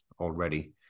already